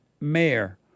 Mayor